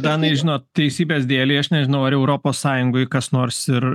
danai žinot teisybės dėlei aš nežinau ar europos sąjungoj kas nors ir